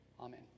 Amen